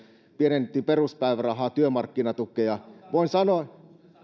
pienennettiin peruspäivärahaa työmarkkinatukea voin